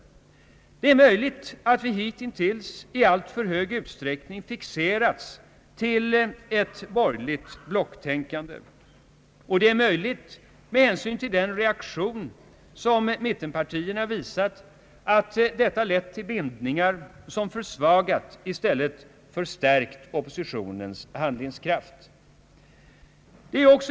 Det är möjligt att vi hitintills i alltför stor utsträckning fixerats vid ett borgerligt blocktänkande, och det är möjligt — med hänsyn till den reaktion som mittenpartierna visat — att detta lett till bindningar som försvagat i stället för stärkt oppo sitionens handlingskraft.